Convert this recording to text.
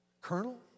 Colonel